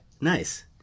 Nice